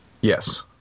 Yes